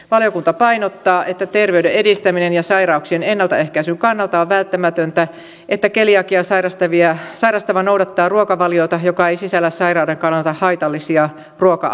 valiokunta painottaa että terveyden edistämisen ja sairauksien ennaltaehkäisyn kannalta on välttämätöntä että keliakiaa sairastava noudattaa ruokavaliota joka ei sisällä sairauden kannalta haitallisia ruoka aineita